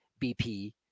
BP